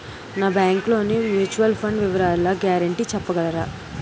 మీ bank లోని mutual fund వివరాల guarantee చెప్పగలరా?